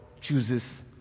chooses